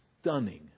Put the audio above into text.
stunning